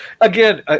Again